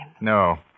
No